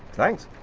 thanks.